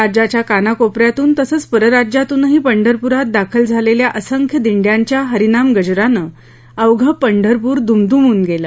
राज्याच्या कानाकोपऱ्यातून तसंच परराज्यातूनही पंढरपुरात दाखल झालेल्या असंख्य दिंड्यांच्या हरीनाम गजरानं अवघं पंढरपूर दुमदुमून गेलं